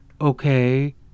Okay